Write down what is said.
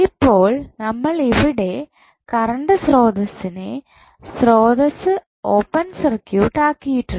ഇപ്പോൾ നമ്മൾ ഇവിടെ കറണ്ട് സ്രോതസ്സിനെ സ്രോതസ്സ് ഓപ്പൺ സർക്യൂട്ട് ആക്കിയിട്ടുണ്ട്